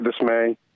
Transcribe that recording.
dismay